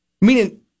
Meaning